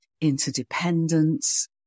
interdependence